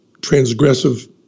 transgressive